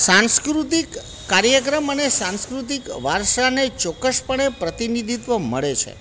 સાંસ્કૃતિક કાર્યક્રમ અને સાંસ્કૃતિક વારસાને ચોક્કસ પણે પ્રતિનિધિત્વ મળે છે